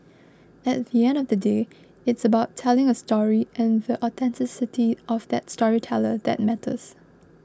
at the end of the day it's about telling a story and the authenticity of that storyteller that matters